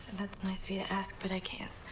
that's nice of you to ask, but i can't.